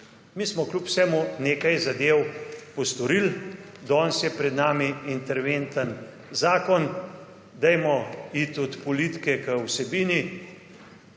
Mi smo kljub vsemu nekaj zadev postorili. Danes je pred nami interventni zakon, dajmo iti od politike k vsebini.